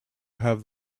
have